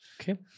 Okay